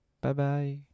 Bye-bye